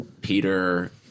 Peter